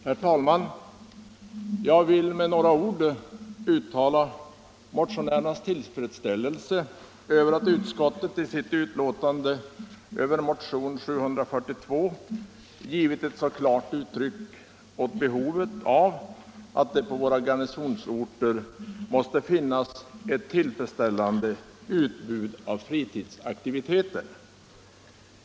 Herr talman! Jag vill med några ord uttala motionärernas tillfredsställelse över att utskottet i sitt betänkande över motionen 742 givit så klart uttryck åt att det måste finnas ett tillräckligt utbud av fritidsaktiviteter på våra garnisonsorter.